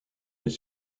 les